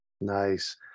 Nice